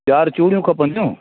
चार चूड़ियूं खपंदियूं